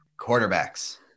quarterbacks